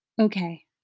okay